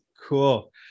Cool